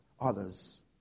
others